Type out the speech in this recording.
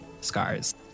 scars